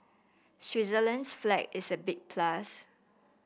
Switzerland's flag is a big plus